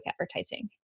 advertising